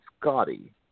Scotty